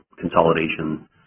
consolidation